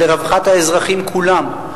ולרווחת האזרחים כולם.